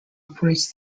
operates